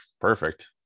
perfect